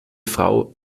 frau